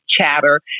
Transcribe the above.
chatter